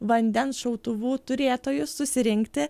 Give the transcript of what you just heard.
vandens šautuvų turėtojus susirinkti